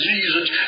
Jesus